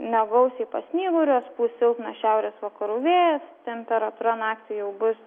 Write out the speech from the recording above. negausiai pasnyguriuos pūs silpnas šiaurės vakarų vėjas temperatūra naktį jau bus